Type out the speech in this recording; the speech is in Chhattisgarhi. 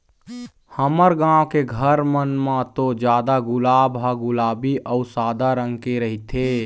हमर गाँव के घर मन म तो जादा गुलाब ह गुलाबी अउ सादा रंग के रहिथे